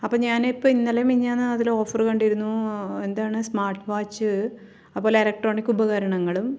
അപ്പോൾ ഞാൻ ഇപ്പോൾ ഇന്നലെയും മിനിഞ്ഞാന്നും അതിൽ ഒഫെറ് കണ്ടിരുന്നു എന്താണ് സ്മാർട്ട് വാച്ച് അതുപോലെ എലക്ട്രോണിക് ഉപകരണങ്ങളും